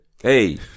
Hey